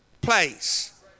place